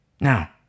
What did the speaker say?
Now